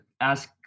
ask